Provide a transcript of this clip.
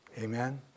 Amen